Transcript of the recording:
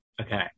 Okay